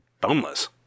boneless